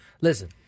Listen